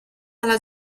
alla